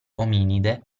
ominide